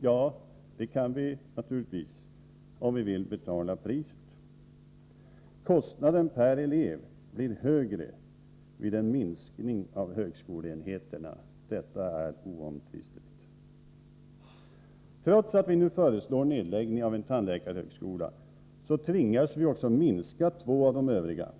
Ja, det kan vi naturligtvis göra, om vi vill betala priset. Kostnaden per elev blir högre vid en minskning av högskoleenheternas storlek — detta är oomtvistligt. Trots att vi nu föreslår nedläggning av en tandläkarhögskola, tvingas vi också minska två av de övriga. En